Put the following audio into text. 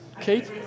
Kate